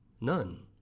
None